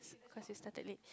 first sister that lead